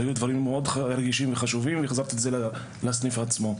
היו דברים מאוד רגישים וחשובים והחזרתי את זה לסניף עצמו,